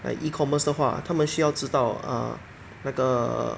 err e-commerce 的话他们需要知道 err 那个